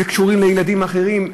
וקשורים לילדים האחרים,